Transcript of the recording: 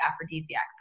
aphrodisiac